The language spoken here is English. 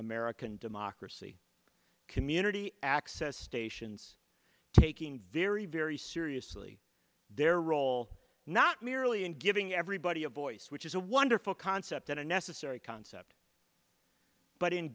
american democracy community access stations taking very very seriously their role not merely in giving everybody a voice which is a wonderful concept an unnecessary concept but in